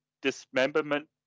dismemberment